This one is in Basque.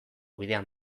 bidean